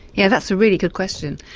yeah that's a really good question.